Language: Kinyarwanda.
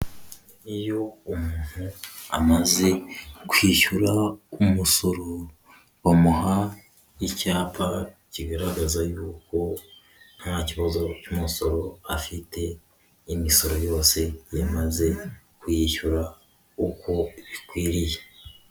Iyo umuntu amaze kwishyura umusoro bamuha icyapa kigaragaza y'uko nta kibazo cy'umusoro afite, imisoro yose yamaze kuyishyura uko bikwiriye.